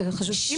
אני לא סתם אומרת,